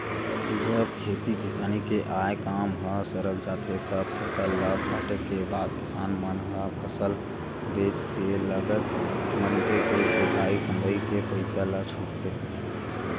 जब खेती किसानी के आय काम ह सरक जाथे तब फसल ल काटे के बाद किसान मन ह फसल बेंच के लगत मनके के जोंतई फंदई के पइसा ल छूटथे